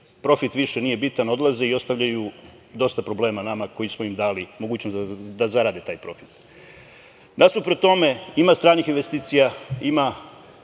profit više nije bitan odlaze i ostavljaju dosta problema nama koji smo im dali mogućnost da zarade taj profit. Nasuprot tome, ima stranih investicija, ima